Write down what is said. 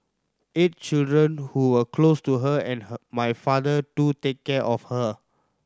eight children who were close to her and her my father to take care of her